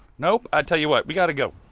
nope, i'll tell you what, we gotta go.